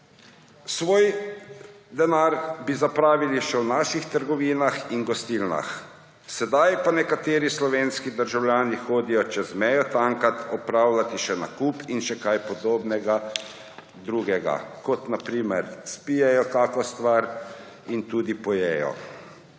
svoj denar zapravili še v naših trgovinah in gostilnah. Sedaj pa nekateri slovenski državljani hodijo tankat čez mejo, opravijo še nakup in še kaj podobnega, kot na primer spijejo kako stvar in tudi pojejo.